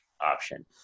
option